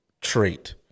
trait